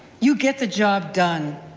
you get the job done,